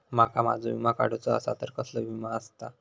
माका माझो विमा काडुचो असा तर कसलो विमा आस्ता?